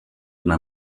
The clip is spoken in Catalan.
una